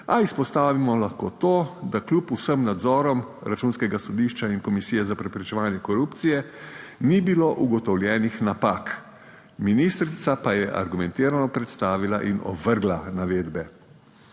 A izpostavimo lahko to, da kljub vsem nadzorom Računskega sodišča in Komisije za preprečevanje korupcije ni bilo ugotovljenih napak, ministrica pa je argumentirano predstavila in ovrgla navedbe.